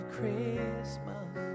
Christmas